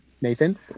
Nathan